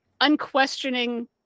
unquestioning